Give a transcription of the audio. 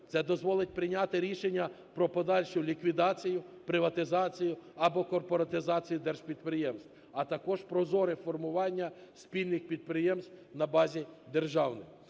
Це дозволить прийняти рішення про подальшу ліквідацію, приватизацію або корпоратизацію держпідприємств, а також прозоре формування спільних підприємств на базі держави.